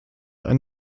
ein